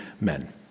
men